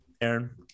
Aaron